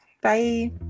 bye